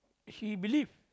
he believe